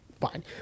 fine